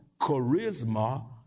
charisma